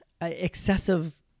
excessive